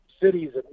cities